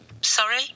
Sorry